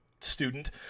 student